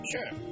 Sure